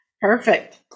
Perfect